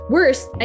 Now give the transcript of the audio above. Worst